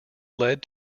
led